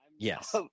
Yes